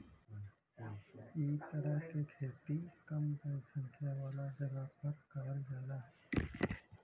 इ तरह के खेती कम जनसंख्या वाला जगह पर करल जाला